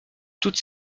toutes